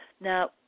Now